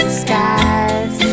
skies